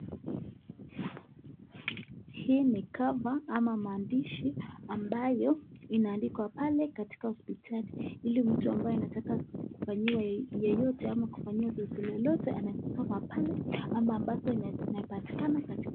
Hii ni (cs)cover(cs) ama maandishi ambayo inaandikwa pale katika hospitali ili mtu ambaye anayetaka kufanyiwa zoezi lolote anaezasoma pale.